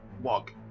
walk